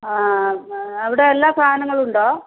ആഹ് അവിടെ എല്ലാ സാധനങ്ങളും ഉണ്ടോ